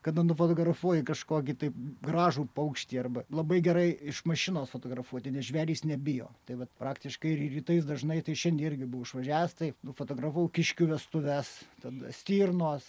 kada nufotografuoji kažkokį tai gražų paukštį arba labai gerai iš mašinos fotografuoti nes žvėrys nebijo tai vat praktiškai ir rytais dažnai tai šiandie irgi buvau išvažiavęs taip nufotografavau kiškių vestuves ten stirnos